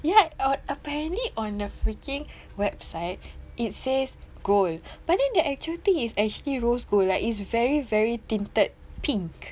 you like on apparently on the freaking website it says gold but then the actual thing is actually rose gold like it's very very tinted pink